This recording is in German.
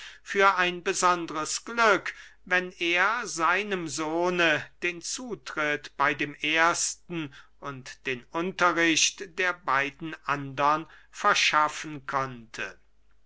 für ein besondres glück wenn er seinem sohne den zutritt bey dem erstern und den unterricht der beiden andern verschaffen konnte